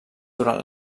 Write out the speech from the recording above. durant